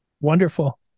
Wonderful